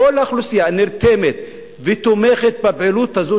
כל האוכלוסייה נרתמת ותומכת בפעילות הזו